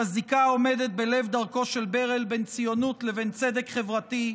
את הזיקה העומדת בלב דרכו של ברל בין ציונות לבין צדק חברתי,